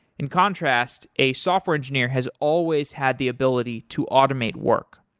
in contrast, a software engineer has always had the ability to automate work.